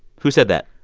who said that?